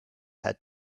had